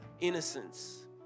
innocence